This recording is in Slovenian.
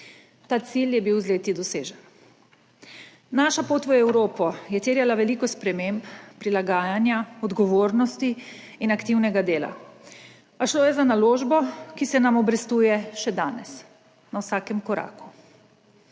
Ta cilj je bil z leti dosežen. Naša pot v Evropo je terjala veliko sprememb, prilagajanja, odgovornosti in aktivnega dela, a šlo je za naložbo, ki se nam obrestuje še danes na vsakem koraku.